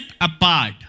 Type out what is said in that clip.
apart